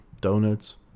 donuts